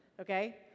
Okay